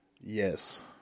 Yes